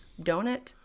donut